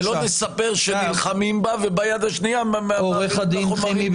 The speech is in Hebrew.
ולא לספר שנלחמים בה וביד השנייה מעבירים את החומרים,